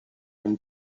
une